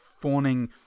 fawning